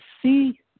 see